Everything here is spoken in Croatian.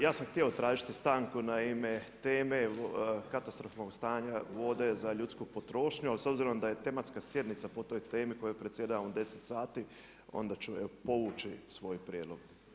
Ja sam htio tražiti stanku na ime teme katastrofalnog stanja vode za ljudsku potrošnju, ali s obzirom da je tematska sjednica po toj temi kojoj predsjedavamo u deset sati onda ću povući svoj prijedlog.